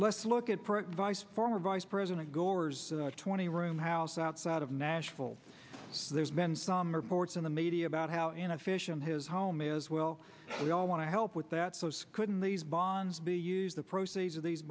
let's look at vice former vice president gore's twenty room house outside of nashville there's been some reports in the media about how inefficient his home is well we all want to help with that so it couldn't these bonds be used the proceeds of these